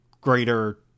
greater